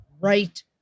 right